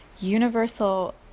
universal